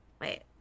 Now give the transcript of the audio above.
Wait